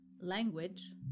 language